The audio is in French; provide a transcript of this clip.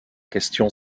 question